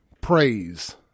praise